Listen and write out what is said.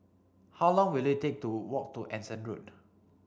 how long will it take to walk to Anson Road